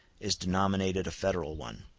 is denominated a federal one.